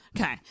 Okay